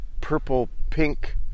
purple-pink